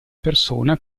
persona